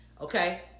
Okay